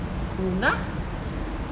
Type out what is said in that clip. guna